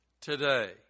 today